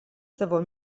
savo